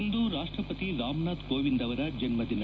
ಇಂದು ರಾಷ್ಟಪತಿ ರಾಮನಾಥ್ ಕೋವಿಂದ್ ಅವರ ಜನ್ಮದಿನ